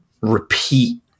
repeat